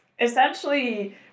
essentially